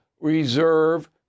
reserve